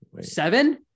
Seven